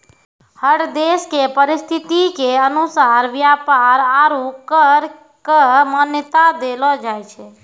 हर देश के परिस्थिति के अनुसार व्यापार आरू कर क मान्यता देलो जाय छै